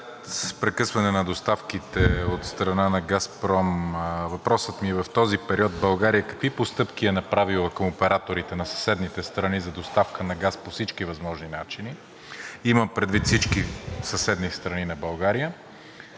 прекъсване на доставките от страна на „Газпром“ въпросът ми е в този период България какви постъпки е направила към операторите на съседните страни за доставка на газ по всички възможни начини? Имам предвид всички съседни страни на България,